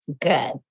good